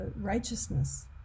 righteousness